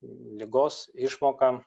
ligos išmoka